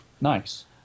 Nice